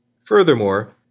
Furthermore